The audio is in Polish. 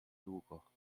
długo